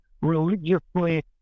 religiously